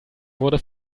wurde